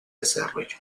desarrollo